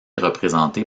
représenté